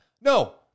No